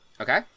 Okay